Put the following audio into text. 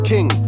King